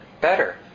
better